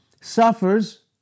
suffers